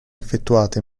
effettuate